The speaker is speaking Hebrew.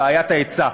בעיית ההיצע,